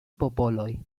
popoloj